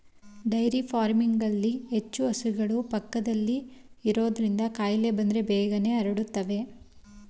dairy ಫಾರ್ಮಿಂಗ್ನಲ್ಲಿ ಹೆಚ್ಚು ಹಸುಗಳು ಪಕ್ಕದಲ್ಲೇ ಇರೋದ್ರಿಂದ ಕಾಯಿಲೆ ಬಂದ್ರೆ ಬೇಗನೆ ಹರಡುತ್ತವೆ